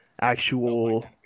actual